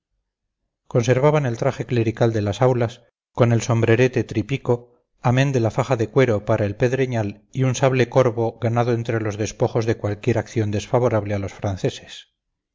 conservaban el traje clerical de las aulas con el sombrerete tripico amén de la faja de cuero para el pedreñal y un sable corvo ganado entre los despojos de cualquier acción desfavorable a los franceses